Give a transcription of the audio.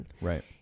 right